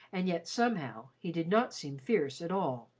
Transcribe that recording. and yet somehow he did not seem fierce at all.